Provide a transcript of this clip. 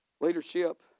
Leadership